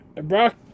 Brock